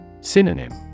Synonym